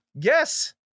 Yes